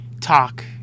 talk